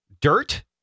dirt